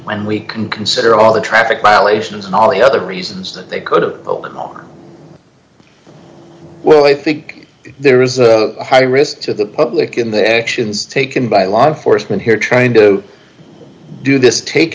when we can consider all the traffic violations and all the other reasons that they could have well i think there is a high risk to the public in the actions taken by law enforcement here trying to do this